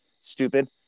stupid